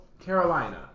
Carolina